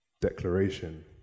declaration